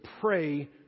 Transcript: pray